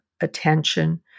attention